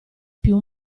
più